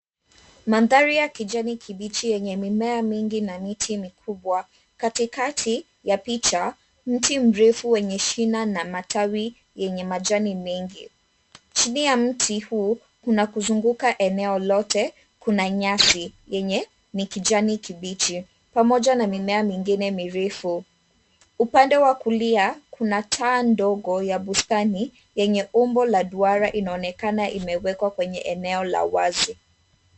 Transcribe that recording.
Mandhari ya kijani kibichi yenye mimea mingi na miti mikubwa. Katikati ya picha, mti mrefu wenye shina na matawi yenye majani mengi. Chini ya mti huu, kuna kuzunguka eneo lote, kuna nyasi yenye ni kijani kibichi pamoja na mimea mingine mirefu. Upande wa kulia kuna taa ndogo ya bustani yenye umbo la duara inaonekana imewekwa kwenye eneo la wazi.